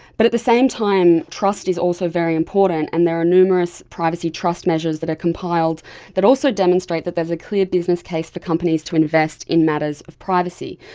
but at the same time trust is also very important, and there are numerous privacy trust measures that are compiled that also demonstrate that there is a clear business case for companies to invest in matters of privacy.